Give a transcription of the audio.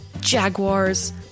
jaguars